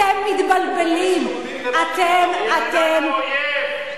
לגרש יהודים זה לא עריצות הרוב?